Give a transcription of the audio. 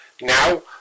Now